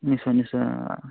নিশ্চয় নিশ্চয়